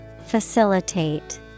Facilitate